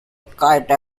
kite